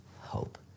hope